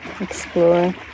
Explore